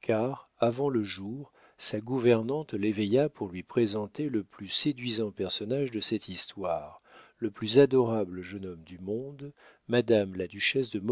car avant le jour sa gouvernante l'éveilla pour lui présenter le plus séduisant personnage de cette histoire le plus adorable jeune homme du monde madame la duchesse de